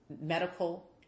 medical